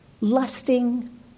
lusting